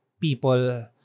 people